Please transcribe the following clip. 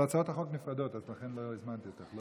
אבל הצעות החוק נפרדות, ולכן לא הזמנתי אותך.